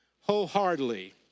wholeheartedly